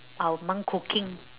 our mum cooking